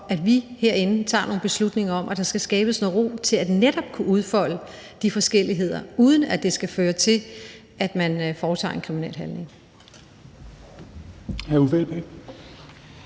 at vi herinde tager nogle beslutninger om, at der skal skabes noget ro til netop at kunne udfolde de forskelligheder, uden at det skal føre til, at man foretager en kriminel handling.